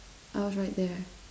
I was right there